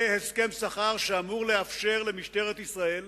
זה הסכם שכר שאמור לאפשר למשטרת ישראל